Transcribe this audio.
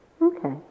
Okay